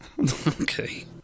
Okay